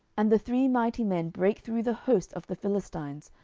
and the three mighty men brake through the host of the philistines,